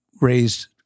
raised